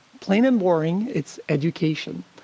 plain and boring, it's education.